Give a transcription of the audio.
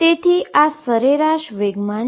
તેથી આ average momentum છે